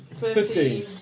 Fifteen